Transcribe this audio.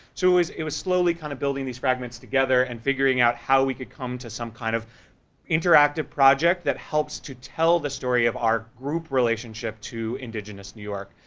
so it was it was slowly kind of building these fragments together, and figuring out how we could come to some kind of interactive project that helps to tell the story of our group relationship to indigenous new york.